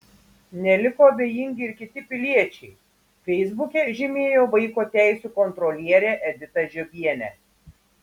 neliko abejingi ir kiti piliečiai feisbuke žymėjo vaiko teisių kontrolierę editą žiobienę